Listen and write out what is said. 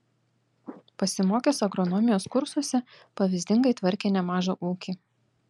pasimokęs agronomijos kursuose pavyzdingai tvarkė nemažą ūkį